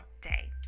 day